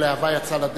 מה זה יסתדרו?